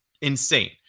insane